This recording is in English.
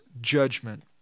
judgment